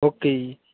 okay ਜੀ